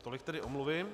Tolik tedy omluvy.